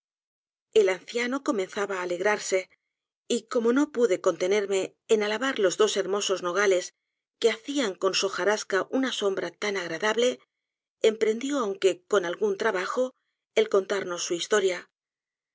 el anciano comenzaba á alegrarse y como no pude contenerme en alabar los dos hermosos nogales que hacían con su ojarasca una sombra tan agradable emprendió aunque con algún trabajo el contarnos su historia